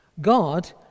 God